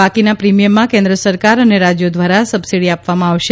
બાકીનાં પ્રીમિયમમાં કેન્દ્ર સરકાર અને રાજ્યો દ્વારા સબસિડી આપવામાં આવશે